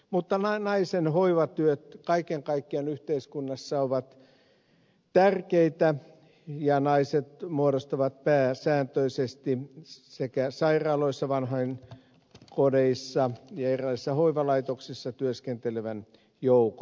mutta naisen hoivatyöt kaiken kaikkiaan yhteiskunnassa ovat tärkeitä ja naiset muodostavat pääsääntöisesti sekä sairaaloissa vanhainkodeissa että erilaisissa hoivalaitoksissa työskentelevän joukon